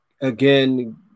again